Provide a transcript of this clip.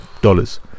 dollars